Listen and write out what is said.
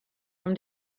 from